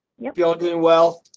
yep, you're all doing well,